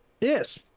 yes